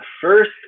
first